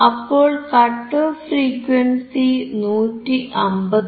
അപ്പോൾ cut off frequency 159